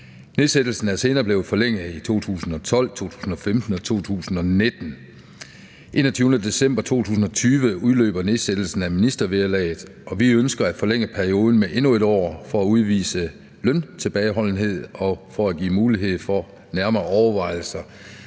Nedsættelsen er senere blevet forlænget i 2012, 2015 og 2019. Den 21. december 2020 udløber nedsættelsen af ministervederlaget, og vi ønsker at forlænge perioden med endnu 1 år for at udvise løntilbageholdenhed og for at give mulighed for nærmere overvejelser